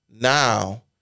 now